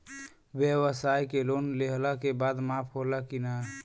ब्यवसाय के लोन लेहला के बाद माफ़ होला की ना?